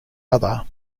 other